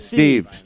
Steve